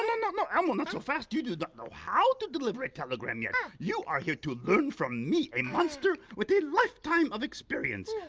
and no elmo not so fast. you do not know how to deliver a telegram yet. yeah you are here to learn from me, a monster with a lifetime of experience.